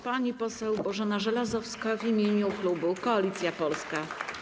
Pani poseł Bożena Żelazowska w imieniu klubu Koalicja Polska.